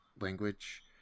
language